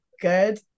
good